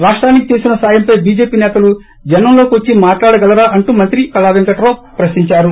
రాష్టానికి చేసిన సాయంపై బీజేపీ నేతలు జనంలోకి వచ్చి మాట్లాడగలరా అంటూ మంత్రి కళా పెంకట్రావు ప్రశ్సించారు